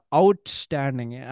outstanding